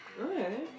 Okay